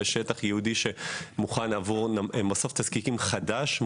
ושטח ייעודי שהוכן עבור מסוף תזקיקים חדש,